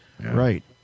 right